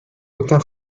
aucun